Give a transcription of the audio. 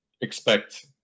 expect